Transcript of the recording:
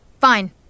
Fine